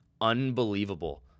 unbelievable